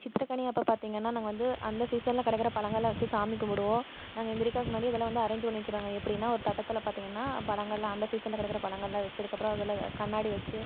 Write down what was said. சித்திரக்கனி அப்போ பார்த்திங்கனா நாங்கள் வந்து அந்த சீசன்ல கிடைக்கிற பழங்களை வச்சு சாமி கும்பிடுவோம் நாங்கள் எந்திரிக்கிறக்கு முன்னாடியே இதெல்லாம் வந்து அரேஞ்ச் பண்ணி வச்சிடுவாங்கள் எப்படினா ஒரு தட்டத்தில் பார்த்திங்கனா பழங்கள்லாம் அந்த சீசன்ல கிடைக்கிற பழங்கள்லாம் வச்சதுக்கப்புறம் அதில் கண்ணாடி வச்சு